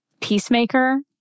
Peacemaker